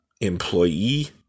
employee